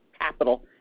capital